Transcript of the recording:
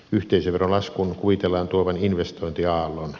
yhteisöverolaskun kuvitellaan tuovan investointiaallon